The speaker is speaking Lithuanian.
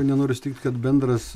nenoriu sutikt kad bendras